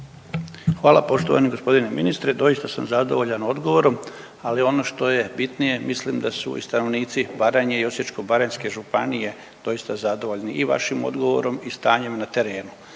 Hvala poštovani gospodine ministre. Doista sam zadovoljan odgovorom, ali ono što je bitnije mislim da su stanovnici Baranje i Osječko-baranjske županije doista zadovoljni i vašim odgovorom i stanjem na terenu